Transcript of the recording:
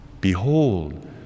Behold